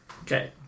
Okay